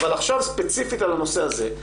אבל עכשיו ספציפית על הנושא הזה,